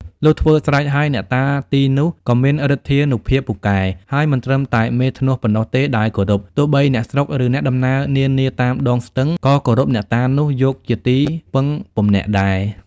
លុះធ្វើស្រេចហើយ អ្នកតាទីនោះ ក៏មានឫទ្ធានុភាពពូកែ ហើយមិនត្រឹមតែមេធ្នស់ប៉ុណ្ណោះទេ ដែលគោរព ទោះបីអ្នកស្រុក ឬអ្នកដំណើរនានាតាមដងស្ទឹង ក៏គោរព អ្នកតានោះ យកជាទីពឹងពំនាក់ដែរ ។